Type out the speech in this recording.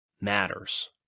matters